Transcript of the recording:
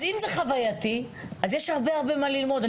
אז אם זה חווייתי אז יש הרבה הרבה מה ללמוד.